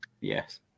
yes